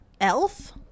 Elf